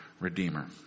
redeemer